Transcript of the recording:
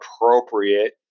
appropriate